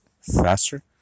Faster